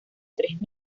tres